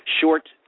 Short